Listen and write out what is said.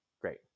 Great